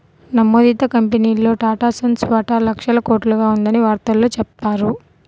నమోదిత కంపెనీల్లో టాటాసన్స్ వాటా లక్షల కోట్లుగా ఉందని వార్తల్లో చెప్పారు